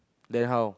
then how